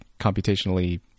computationally